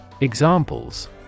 Examples